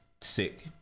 sick